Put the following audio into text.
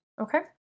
Okay